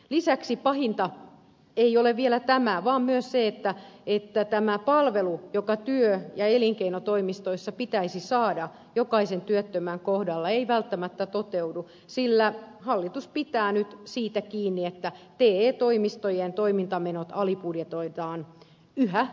lisäksi pahinta ei ole vielä tämä vaan myös se että tämä palvelu joka työ ja elinkeinotoimistoissa pitäisi saada jokaisen työttömän kohdalla ei välttämättä toteudu sillä hallitus pitää nyt siitä kiinni että te toimistojen toimintamenot alibudjetoidaan yhä riittämättömiksi